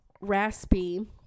raspy